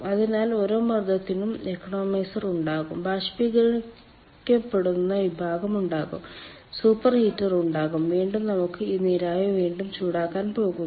അതിനാൽ ഓരോ മർദ്ദത്തിനും ഇക്കണോമൈസർ ഉണ്ടാകും ബാഷ്പീകരിക്കപ്പെടുന്ന വിഭാഗം ഉണ്ടാകും സൂപ്പർ ഹീറ്റർ ഉണ്ടാകും വീണ്ടും നമുക്ക് ഈ നീരാവി വീണ്ടും ചൂടാക്കാൻ പോകാം